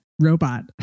robot